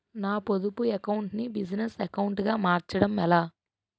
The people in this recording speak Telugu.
నా పొదుపు అకౌంట్ నీ బిజినెస్ అకౌంట్ గా మార్చడం ఎలా?